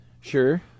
Sure